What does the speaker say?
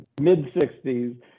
mid-60s